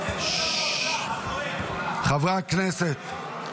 חברי הכנסת,